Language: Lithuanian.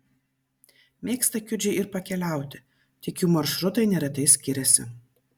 mėgsta kiudžiai ir pakeliauti tik jų maršrutai neretai skiriasi